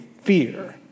fear